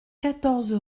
quatorze